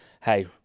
hey